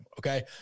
okay